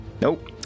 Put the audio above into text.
Nope